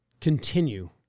continue